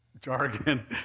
jargon